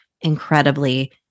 incredibly